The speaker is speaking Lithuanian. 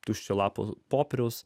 tuščio lapo popieriaus